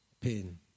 pain